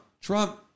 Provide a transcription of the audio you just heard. Trump